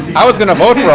i was going to vote